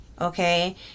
okay